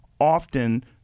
often